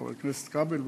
חבר הכנסת כבל ואחרים,